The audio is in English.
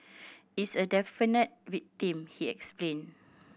it's a definite victim he explain